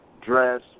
dress